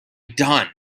done